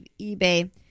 eBay